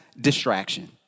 distraction